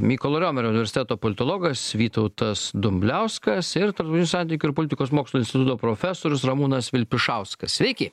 mykolo riomerio universiteto politologas vytautas dumbliauskas ir tarptautinių santykių ir politikos mokslų instituto profesorius ramūnas vilpišauskas sveiki